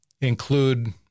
Include